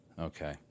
Okay